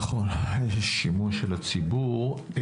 נכון, שימוע של הציבור.